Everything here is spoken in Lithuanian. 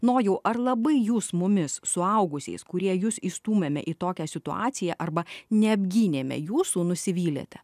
nojau ar labai jūs mumis suaugusiais kurie jus įstūmėme į tokią situaciją arba neapgynėme jūsų nusivylėte